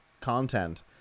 content